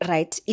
Right